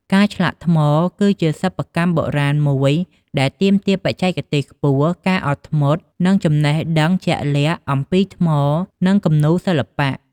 ការឆ្លាក់ថ្ម គឺជាសិប្បកម្មបុរាណមួយដែលទាមទារបច្ចេកទេសខ្ពស់ ការអត់ធ្មត់ និងចំណេះដឹងជាក់លាក់អំពីថ្មនិងគំនូរសិល្បៈ។